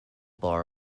bar